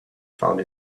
found